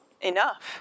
enough